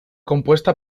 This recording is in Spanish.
compuesta